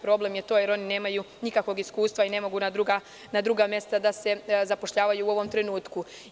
Problem je i to što oni nemaju nikakvog iskustva i ne mogu na druga mesta da se zapošljavaju u ovom trenutku.